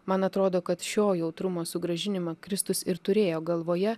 man atrodo kad šio jautrumo sugrąžinimą kristus ir turėjo galvoje